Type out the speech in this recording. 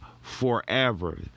forever